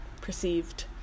perceived